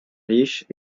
riche